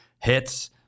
hits